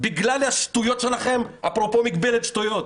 בגלל השטויות שלכם, אפרופו מגבלת שטויות.